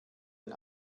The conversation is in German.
ein